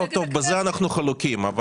בזה אנחנו חלוקים.